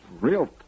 real